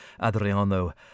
Adriano